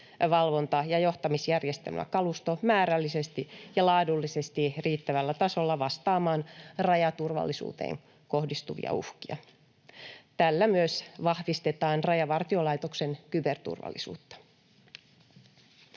valvonta- ja johtamisjärjestelmäkalusto määrällisesti ja laadullisesti riittävällä tasolla vastaamaan rajaturvallisuuteen kohdistuvia uhkia. Tällä myös vahvistetaan Rajavartiolaitoksen kyberturvallisuutta.